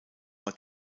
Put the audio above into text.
war